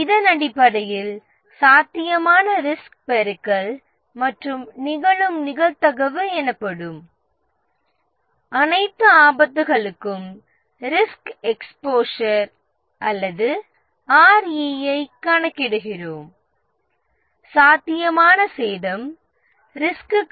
இதன் அடிப்படையில் அனைத்து ரிஸ்குகளுக்கும் நாம் ஒரு ரிஸ்க் வெளிப்பாடு அல்லது RE ஐ கணக்கிடுகிறோம் இது சாத்தியமான சேதத்தின் பெருக்கம் மற்றும் நிகழும் நிகழ்தகவு